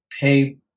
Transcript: pay